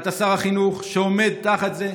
ואתה שר החינוך שעומד תחת זה.